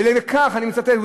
ואני מצטט,